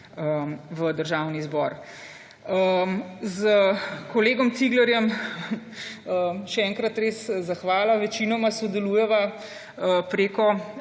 v Državni zbor. S kolegom Ciglerjem, še enkrat res zahvala, večinoma sodelujeva preko